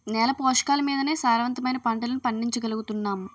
నేల పోషకాలమీదనే సారవంతమైన పంటలను పండించగలుగుతున్నాం